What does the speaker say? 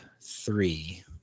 three